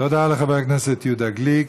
תודה לחבר הכנסת יהודה גליק.